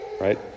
Right